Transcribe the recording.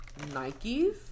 Nikes